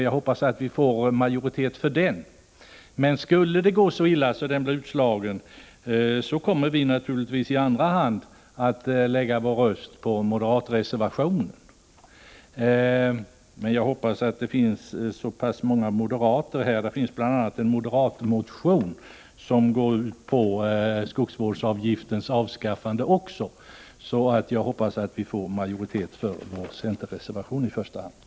Jag hoppas att vi får majoritet för centerreservationen, men skulle det gå så illa att den blir utslagen kommer vi i andra hand naturligtvis att lägga vår röst på moderatreservationen. Men med tanke på att det bl.a. finns en moderat motion som går ut på att skogsvårdsavgiften skall avskaffas hoppas jag att så många moderater stöder vår reservation att vi får majoritet för den.